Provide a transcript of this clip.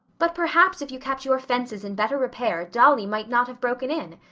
but perhaps if you kept your fences in better repair dolly might not have broken in.